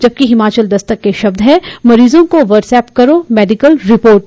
जबकि हिमाचल दस्तक के शब्द हैं मरीजों को व्हाट्सेप करो मेडिकल रिपोर्ट